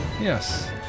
yes